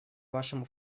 вашему